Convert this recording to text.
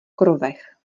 krovech